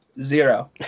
Zero